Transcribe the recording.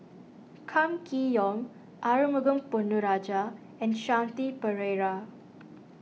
Kam Kee Yong Arumugam Ponnu Rajah and Shanti Pereira